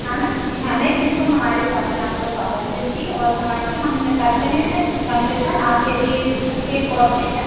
आना जी हाँ नई बिल्कुल हमारी सॉप में आपका स्वागत है दीदी और हाँ बाकी हम करते हैं कन्सेसन आप यदि ये बुक ए कॉपी चाहें